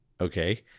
Okay